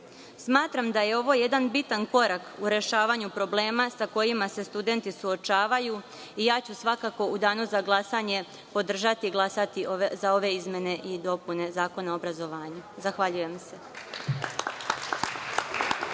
Smatram da je ovo jedan bitan korak u rešavanju problema sa kojima se studenti suočavaju i svakako ću u danu za glasanje podržati i glasati za ove izmene i dopune Zakona o obrazovanju. Zahvaljujem se.